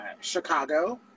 Chicago